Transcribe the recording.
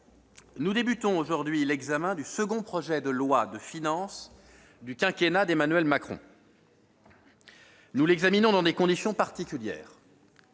nous entamons aujourd'hui l'examen du deuxième projet de loi de finances du quinquennat d'Emmanuel Macron. Nous l'examinons dans des conditions particulières.